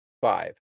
five